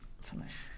Finish